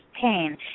pain